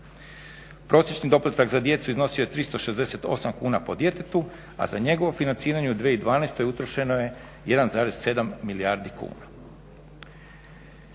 Prosječni doplatak za djecu iznosi je 368 kuna po djetetu a za njegovo financiranje u 2012.utrošeno je 1,7 milijardi kuna.